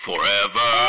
Forever